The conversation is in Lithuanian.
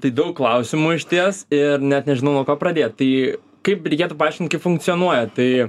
tai daug klausimų išties ir net nežinau nuo ko pradėt tai kaip reikėtų paaiškint kaip funkcionuoja tai